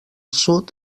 sud